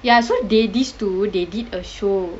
ya so they these two they did a show